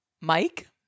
Mike